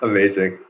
Amazing